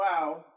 Wow